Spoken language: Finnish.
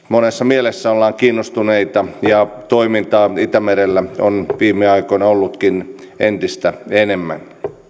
monessa mielessä ollaan kiinnostuneita ja toimintaa itämerellä on viime aikoina ollutkin entistä enemmän